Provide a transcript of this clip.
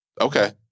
Okay